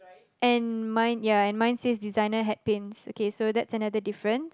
and mine ya and mine says designer hat paints so that's another difference